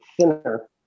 thinner